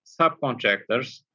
subcontractors